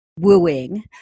wooing